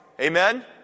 Amen